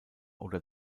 oder